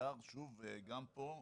לבדוק את זה, האם זה מכסה את זה.